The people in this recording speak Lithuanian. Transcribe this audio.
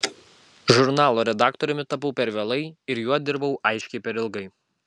žurnalo redaktoriumi tapau per vėlai ir juo dirbau aiškiai per ilgai